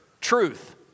truth